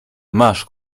masz